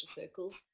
circles